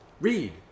read